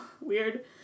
weird